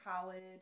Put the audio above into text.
college